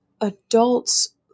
adults